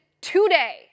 today